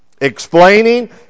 explaining